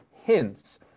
hints